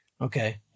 Okay